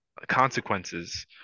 consequences